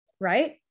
right